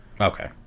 Okay